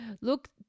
Look